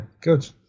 good